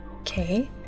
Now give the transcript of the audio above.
Okay